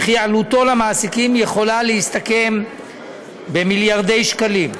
וכי עלותו למעסיקים יכולה להסתכם במיליארדי שקלים.